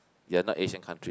they're not Asian country